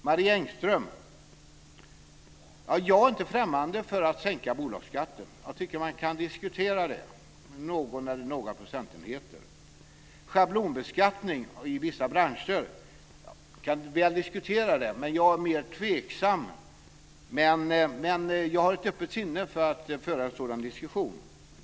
Marie Engström: Jag är inte främmande för att sänka bolagsskatten med någon eller några procentenheter. Jag tycker att man kan diskutera det. Schablonbeskattning för vissa branscher kan man också diskutera.